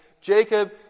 Jacob